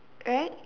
right